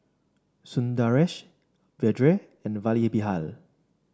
Sundaresh Vedre and Vallabhbhai